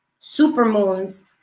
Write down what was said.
supermoons